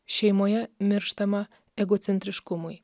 šeimoje mirštama egocentriškumui